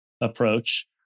approach